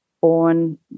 born